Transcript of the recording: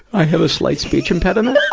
i have a slight speech impediment?